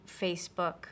Facebook